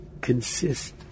consist